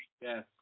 Yes